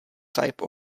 type